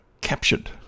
captured